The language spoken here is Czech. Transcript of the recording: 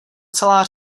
celá